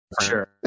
Sure